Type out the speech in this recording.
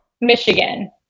Michigan